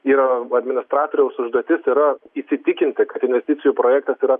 jo administratoriaus užduotis yra įsitikinti kad investicijų projektas yra